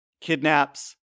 kidnaps